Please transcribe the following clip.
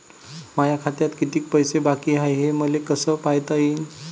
माया खात्यात कितीक पैसे बाकी हाय हे मले कस पायता येईन?